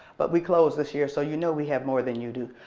but we closed this year so you know we had more than you do,